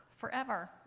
forever